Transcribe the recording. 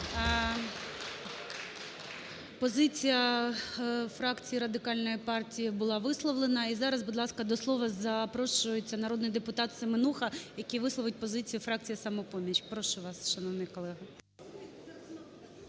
Позиція фракції Радикальної партії була висловлена. І зараз, будь ласка, до слова запрошується народний депутат Семенуха, який висловить позицію фракції "Самопоміч". Прошу вас, шановний колего.